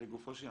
לגופו של עניין,